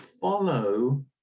follow